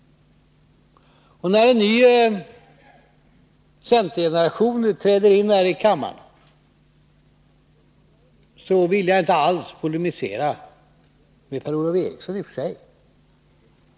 När en ny centergeneration träder in här i kammaren vill jag i och för sig inte polemisera med Per-Ola Eriksson.